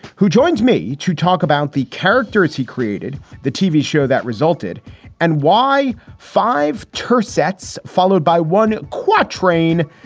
who joins me to talk about the characters. he created the tv show that resulted and why five tur sets, followed by one quatrain,